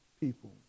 people